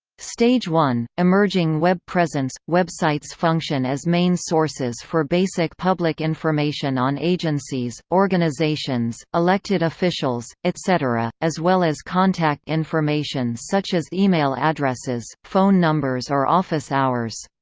stage one emerging web presence websites function as main sources for basic public information on agencies, organizations, elected officials, etc, as well as contact information such as email addresses, phone numbers or office hours.